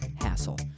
hassle